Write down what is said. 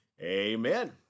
amen